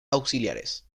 auxiliares